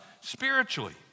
Spiritually